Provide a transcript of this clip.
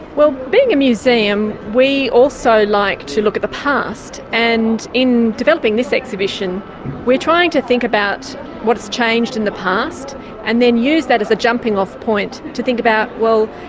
well, being a museum, we also like to look at the past, and in developing this exhibition we're trying to think about what has changed in the past and then use that as a jumping-off point to think about, well,